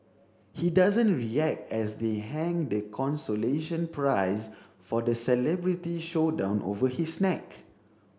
he doesn't react as they hang the consolation prize for the celebrity showdown over his neck